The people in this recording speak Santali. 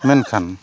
ᱢᱮᱱᱠᱷᱟᱱ